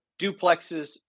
duplexes